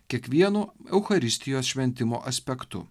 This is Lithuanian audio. kiekvienu eucharistijos šventimo aspektu